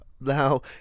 Now